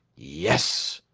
yes!